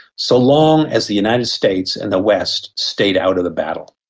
so long as the united states and the west stayed out of the battle.